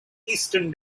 eastern